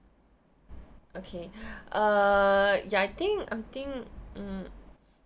okay uh ya I think I think mm